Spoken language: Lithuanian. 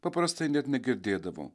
paprastai net negirdėdavau